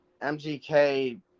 MGK